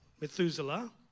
Methuselah